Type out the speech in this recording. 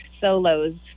solos